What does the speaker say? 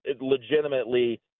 Legitimately